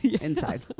inside